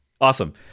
Awesome